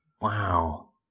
Wow